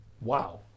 Wow